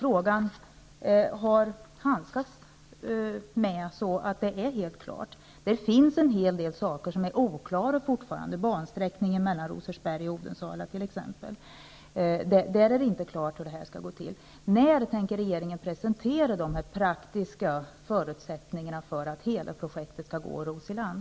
Frågan har inte handterats på så sätt att allt är helt klart. Det finns en hel del saker som är oklara fortfarande, t.ex. bansträckningen mellan Rosersberg och Odensala. När tänker regeringen presentera de praktiska förutsättningarna för att hela projektet skall ros i land?